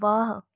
वाह